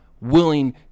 willing